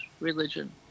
religion